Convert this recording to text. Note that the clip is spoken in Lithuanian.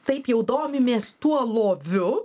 taip jau domimės tuo loviu